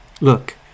Look